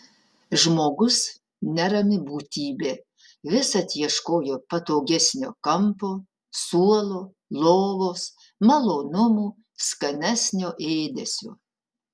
žmogus nerami būtybė visad ieškojo patogesnio kampo suolo lovos malonumų skanesnio ėdesio